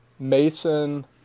Mason